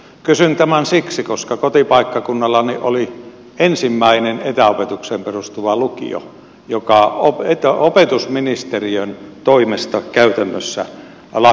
kysyn tämän siksi koska kotipaikkakunnallani oli ensimmäinen etäopetukseen perustuva lukio joka opetusministeriön toimesta käytännössä lakkasi toimimasta